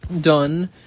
done